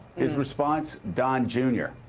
his response, don junior.